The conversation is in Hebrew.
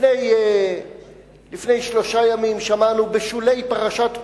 לפני שלושה ימים שמענו בשולי פרשת פרלמן,